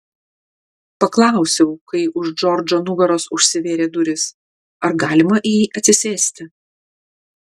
paklausiau kai už džordžo nugaros užsivėrė durys ar galima į jį atsisėsti